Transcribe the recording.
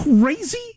crazy